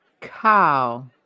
cow